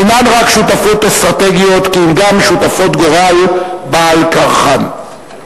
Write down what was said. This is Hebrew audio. אינן רק שותפות אסטרטגיות כי אם גם שותפות גורל בעל כורחן.